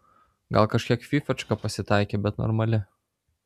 gal kažkiek fyfačka pasitaikė bet normali